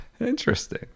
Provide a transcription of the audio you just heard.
Interesting